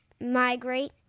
migrate